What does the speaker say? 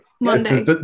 Monday